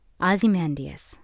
Ozymandias